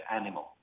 animal